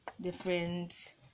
Different